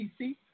PC